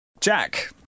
Jack